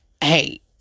hey